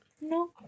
No